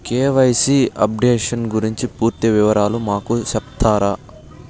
KYC updation గురించి పూర్తి వివరాలు మాకు సెప్తారా?